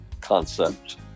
concept